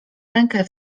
rękę